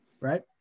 right